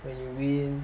when you win